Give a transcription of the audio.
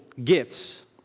gifts